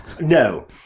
no